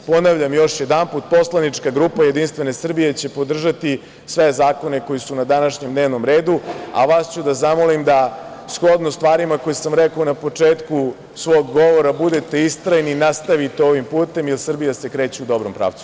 Ponavljam još jednom, poslanička grupa JS će podržati sve zakone koji su na današnjem dnevnom redu, a vas ću da zamolim da, shodno stvarima koje sam rekao na početku svog govora, budete istrajni i nastavite ovim putem, jer Srbija se kreće u dobrom pravcu.